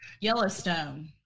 Yellowstone